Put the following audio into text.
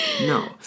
No